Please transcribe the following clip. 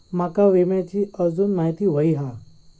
माका विम्याची आजून माहिती व्हयी हा?